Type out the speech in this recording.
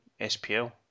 SPL